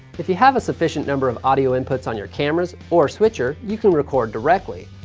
if you have a sufficient number of audio inputs on your cameras or switcher, you can record directly,